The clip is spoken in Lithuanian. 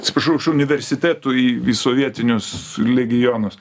atsiprašau universitetui sovietinius legionus